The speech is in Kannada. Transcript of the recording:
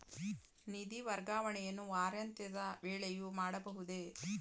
ನಿಧಿ ವರ್ಗಾವಣೆಯನ್ನು ವಾರಾಂತ್ಯದ ವೇಳೆಯೂ ಮಾಡಬಹುದೇ?